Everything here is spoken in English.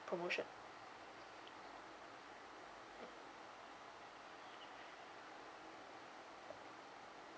promotion